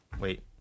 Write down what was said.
Wait